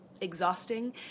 exhausting